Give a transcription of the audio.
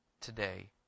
today